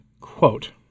quote